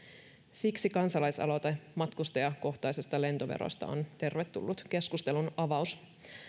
siksi kansalaisaloite matkustajakohtaisesta lentoverosta on tervetullut keskustelunavaus